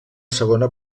segona